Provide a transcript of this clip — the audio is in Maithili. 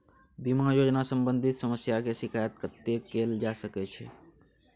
बीमा योजना सम्बंधित समस्या के शिकायत कत्ते कैल जा सकै छी?